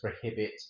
prohibit